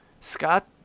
Scott